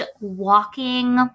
walking